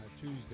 Tuesday